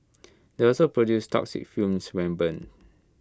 they also produce toxic fumes when burned